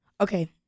okay